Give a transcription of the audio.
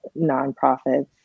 nonprofits